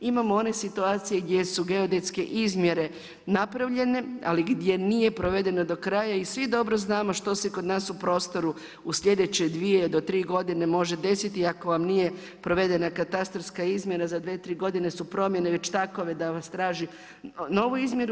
Imamo one situacije gdje su geodetske izmjere napravljene, ali gdje nije provedeno do kraja i svi dobro znamo što se kod nas u prostoru u slijedeće 2 do 3 godine može desiti, ako vam nije provedena katastarska izmjena, za 2, 3 godine su promjene već takve da vas traži novi izmjeru.